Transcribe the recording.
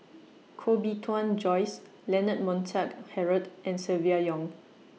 Koh Bee Tuan Joyce Leonard Montague Harrod and Silvia Yong